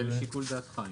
זה לשיקול דעתך.